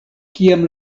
kiam